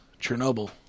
Chernobyl